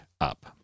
up